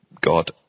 God